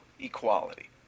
equality